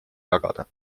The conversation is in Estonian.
jagada